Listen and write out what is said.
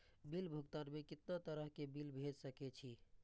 Bill भुगतान में कितना तरह के बिल भेज सके छी?